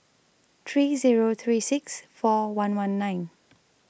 three Zero three six four one one nine